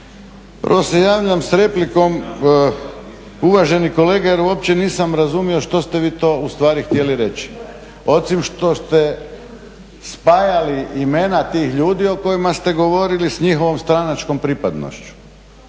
Prvo se javljam s replikom, uvaženi kolega jer uopće nisam razumio što ste vi to ustvari htjeli reći, osim što ste spajali imena tih ljudi o kojima ste govorili s njihovom stranačkom pripadnošću.